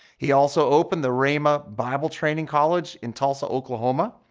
he also opened the rhema bible training college in tulsa, oklahoma,